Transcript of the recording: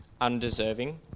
undeserving